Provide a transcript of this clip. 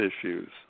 issues